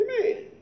Amen